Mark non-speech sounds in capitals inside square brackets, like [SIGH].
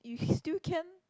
you [BREATH] still can